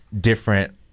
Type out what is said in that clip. different